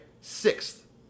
sixth